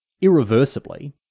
irreversibly